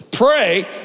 Pray